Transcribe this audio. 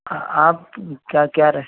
آپ کیا کیا رہ